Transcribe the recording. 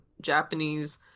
japanese